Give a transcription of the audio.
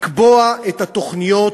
לקבוע את התוכניות